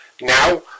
Now